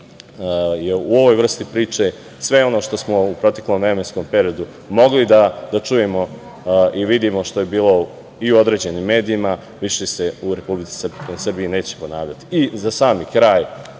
u ovoj vrsti priče sve ono što smo u proteklom vremenskom periodu mogli da čujemo i vidimo, što je bilo i u određenim medijima, više se u Republici Srbiji neće ponavljati.Za